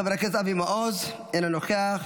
חבר הכנסת אבי מעוז, אינו נוכח,